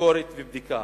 לביקורת ובדיקה.